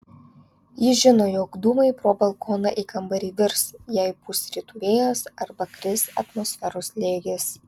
ji žino jog dūmai pro balkoną į kambarį virs jei pūs rytų vėjas arba kris atmosferos slėgis